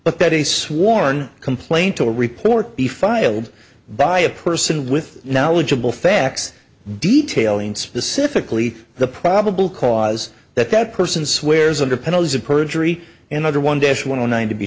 but that a sworn complaint to a report be filed by a person with knowledgeable facts detail and specifically the probable cause that that person swears under penalty of perjury and other one dish one on one to be